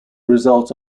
result